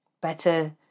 better